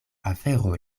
afero